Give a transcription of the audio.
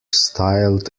styled